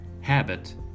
habit